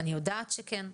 אני יודעת שכן.